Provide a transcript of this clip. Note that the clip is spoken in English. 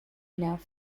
enough